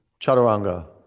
chaturanga